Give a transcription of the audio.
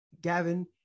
Gavin